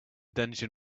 dungeon